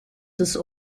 des